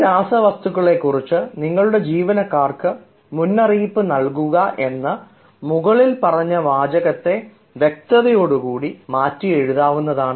ഈ രാസവസ്തുക്കളെക്കുറിച്ച് നിങ്ങളുടെ ജീവനക്കാർക്ക് മുന്നറിയിപ്പ് നൽകുക എന്ന് മുകളിൽ പറഞ്ഞ വാചകത്തെ വ്യക്തതയോടുകൂടി മാറ്റി എഴുതാവുന്നതാണ്